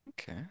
Okay